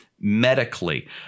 medically